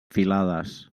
filades